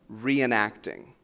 reenacting